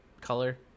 color